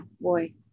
boy